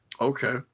Okay